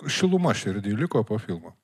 šiluma širdy liko po filmo